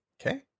Okay